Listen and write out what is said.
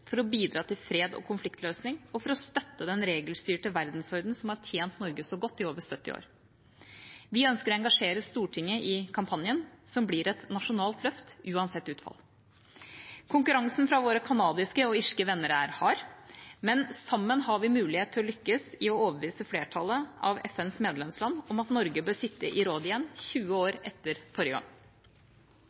for å bidra til fred og konfliktløsning og for å støtte den regelstyrte verdensordenen som har tjent Norge godt i over 70 år. Vi ønsker å engasjere Stortinget i kampanjen, som blir et nasjonalt løft, uansett utfall. Konkurransen fra våre kanadiske og irske venner er hard, men sammen har vi mulighet til å lykkes i å overbevise flertallet av FNs medlemsland om at Norge bør sitte i Rådet igjen, 20 år etter forrige gang.